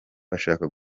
bashaka